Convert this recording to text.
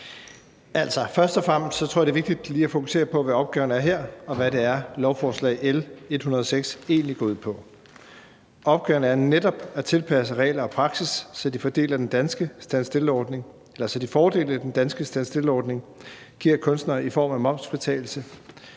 først og fremmest tror jeg, det er vigtigt lige at fokusere på, hvad opgaven er her, og hvad det er, lovforslag L 106 egentlig går ud på. Opgaven er netop at tilpasse regler og praksis, så de fordele, den danske stand still-ordning giver kunstnere i form af momsfritagelse,